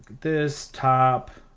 this top,